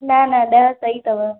न न ॾह सही अथव